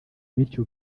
bityo